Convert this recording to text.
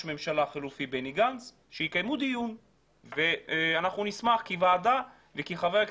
הממשלה החלופי בני גנץ שיקיימו דיון ואנחנו נשמח כוועדה וכחברי